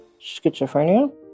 Schizophrenia